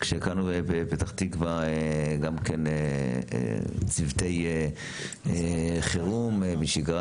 כשהקמנו בפתח תקווה גם כן צוותי חירום משגרה,